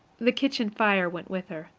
the kitchen fire went with her.